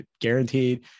guaranteed